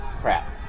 Crap